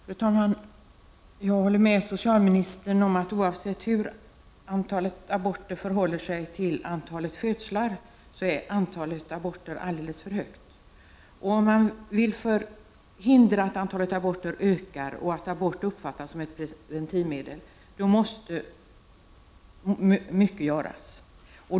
Fru talman! Jag håller med socialministern om att antalet aborter är alldeles för högt, oavsett hur antalet aborter förhåller sig till antalet födslar. Om man vill förhindra att antalet aborter ökar och att abort uppfattas som ett preventivmedel måste mycket göras.